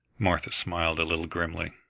martha smiled a little grimly.